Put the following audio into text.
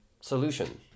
solution